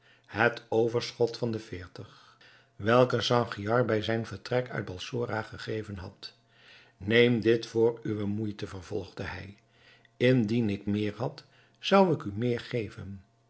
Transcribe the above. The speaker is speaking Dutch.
het overschot der veertig welke sangiar bij zijn vertrek uit balsora gegeven had neem dit voor uwe moeite vervolgde hij indien ik meer had zou ik u meer geven